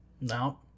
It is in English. no